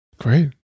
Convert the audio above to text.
Great